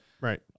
right